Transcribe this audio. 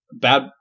Bad